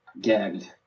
Gagged